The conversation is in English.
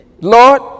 Lord